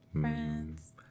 Friends